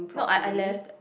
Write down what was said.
no no I left